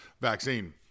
vaccine